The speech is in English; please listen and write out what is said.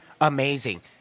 amazing